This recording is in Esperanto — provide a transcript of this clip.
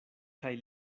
kaj